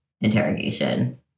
interrogation